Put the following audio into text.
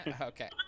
Okay